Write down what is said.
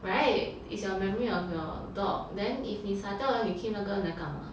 right is your memory of your dog then if 你撒掉了你 keep 那个 urn 来干嘛